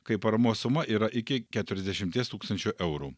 kai paramos suma yra iki keturiasdešimties tūkstančių eurų